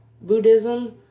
Buddhism